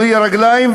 בלי רגליים,